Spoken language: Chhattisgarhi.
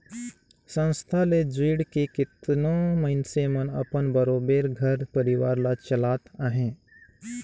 संस्था ले जुइड़ के केतनो मइनसे मन अपन बरोबेर घर परिवार ल चलात अहें